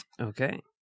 Okay